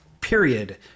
period